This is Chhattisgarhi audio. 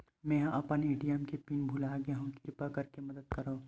मेंहा अपन ए.टी.एम के पिन भुला गए हव, किरपा करके मदद करव